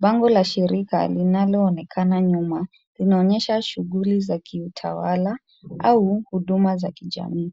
Bango la shirika linalo onekana nyuma linaonyesha shughuli za kiutawala au huduma za kijamii.